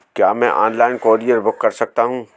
क्या मैं online courier book कर सकता हूँ?